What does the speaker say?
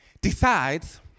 decides